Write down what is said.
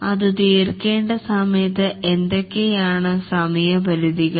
അതു തീർക്കേണ്ട സമയത്ത് എന്തൊക്കെയാണ് സമയപരിധി കൾ